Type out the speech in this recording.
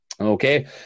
Okay